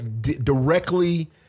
directly